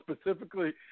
specifically